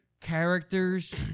characters